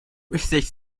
research